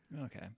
Okay